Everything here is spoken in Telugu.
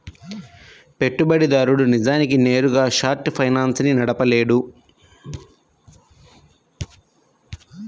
పెట్టుబడిదారుడు నిజానికి నేరుగా షార్ట్ ఫైనాన్స్ ని నడపలేడు